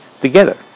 together